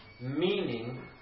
meaning